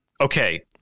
Okay